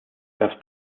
das